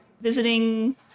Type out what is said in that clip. visiting